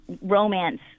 romance